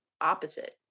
opposite